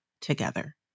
together